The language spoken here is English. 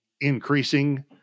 increasing